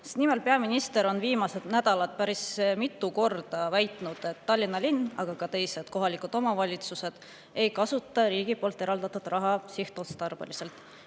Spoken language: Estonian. Nimelt, peaminister on viimastel nädalatel päris mitu korda väitnud, et Tallinna linn, aga ka teised kohalikud omavalitsused ei kasuta riigi eraldatud raha sihtotstarbeliselt,